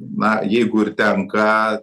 na jeigu ir tenka